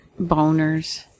boners